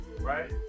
right